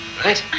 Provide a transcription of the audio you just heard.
right